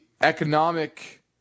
economic